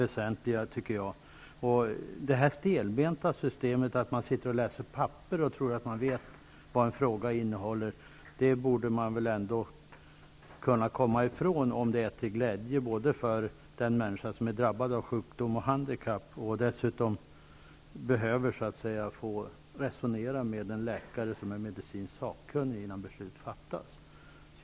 Detta stelbenta system att man sitter och läser papper och tror att man vet vad ett ärende innehåller borde man ändå kunna komma ifrån, om det är till glädje för den människa som är drabbad av sjukdom och handikapp och som behöver få resonera med en läkare som är medicinskt sakkunnig, innan beslut fattas.